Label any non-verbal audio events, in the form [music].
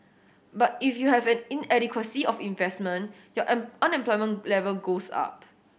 but if you have an inadequacy of investment [unintelligible] unemployment level goes up